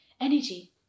energy